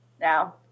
now